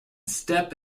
step